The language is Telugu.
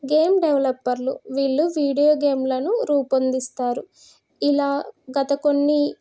గేమ్ డెవలప్పర్లు వీళ్ళు వీడియో గేమ్లను రూపొందిస్తారు ఇలా గత కొన్ని